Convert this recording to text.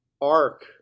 arc